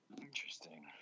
Interesting